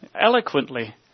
eloquently